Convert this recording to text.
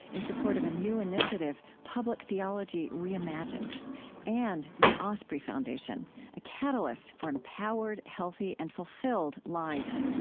in support of a new initiative public theology reimagined and, the osprey foundation a catalyst for empowered, healthy, and fulfilled lives